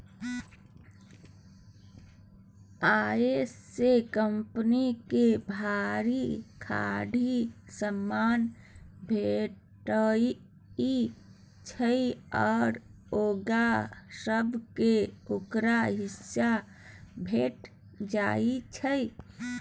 अय सँ कंपनियो के भरि ढाकी समान भेटइ छै आ गौंआ सब केँ ओकर हिस्सा भेंट जाइ छै